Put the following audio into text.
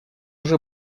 уже